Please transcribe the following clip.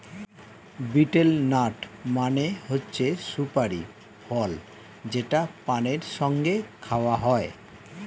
betel nut মানে হচ্ছে সুপারি ফল যেটা পানের সঙ্গে খাওয়া হয়